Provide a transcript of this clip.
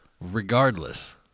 Regardless